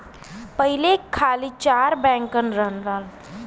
पहिले खाली चार बैंकन रहलन